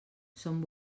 són